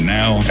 now